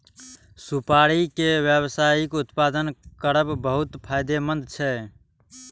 सुपारी के व्यावसायिक उत्पादन करब बहुत फायदेमंद छै